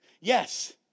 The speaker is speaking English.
Yes